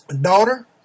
Daughter